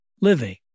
living